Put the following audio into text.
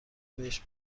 بهش